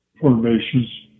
formations